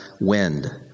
wind—